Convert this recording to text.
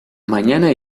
mañana